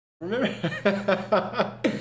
remember